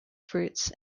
fruits